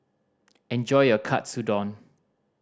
enjoy your Katsudon